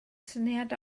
syniad